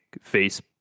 face